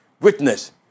witness